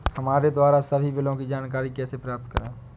हमारे द्वारा सभी बिलों की जानकारी कैसे प्राप्त करें?